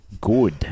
good